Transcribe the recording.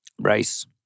Rice